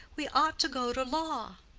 we ought to go to law.